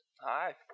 Hi